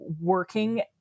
working